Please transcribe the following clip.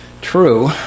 true